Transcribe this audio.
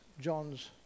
John's